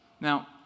Now